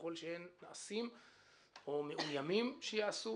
ככל שהם נעשים או מאוימים שייעשו